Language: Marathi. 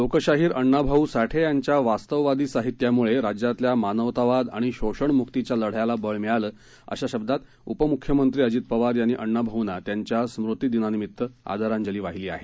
लोकशाहीर अण्णाभाऊ साठे यांच्या वास्तववादी साहित्याम्ळे राज्यातल्या मानवतावाद आणि शोषणम्क्तीच्या लढ्याला बळ मिळालं अशा शब्दात उपम्ख्यमंत्री अजित पवार यांनी अण्णाभाऊंना त्यांच्या स्मृतीदिनानिमित आदरांजली वाहिली आहे